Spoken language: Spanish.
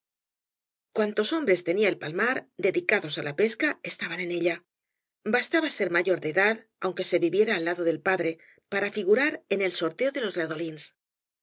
cuantos hombres tenía el palmar dedicados á la pesca estaban en ella bastaba ser mayor de edady aunque se viviera al jado del padre para figurar en el sorteo de les